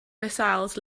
missiles